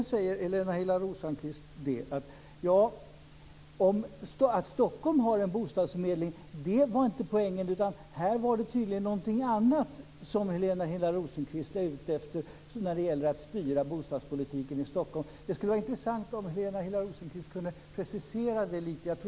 Helena Hillar Rosenqvist säger sedan att poängen inte är att Stockholm har en bostadsförmedling. Tydligen är det något annat som Helena Hillar Rosenqvist är ute efter när det gäller att styra bostadspolitiken i Stockholm. Det skulle vara intressant om Helena Hillar Rosenqvist kunde precisera sig lite.